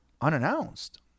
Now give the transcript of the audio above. unannounced